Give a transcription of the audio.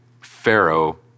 Pharaoh